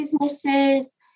businesses